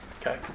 Okay